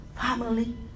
family